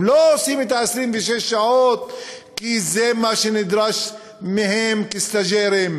הם לא עושים את 26 השעות כי זה מה שנדרש מהם כסטאז'רים.